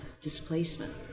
displacement